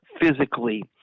Physically